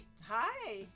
Hi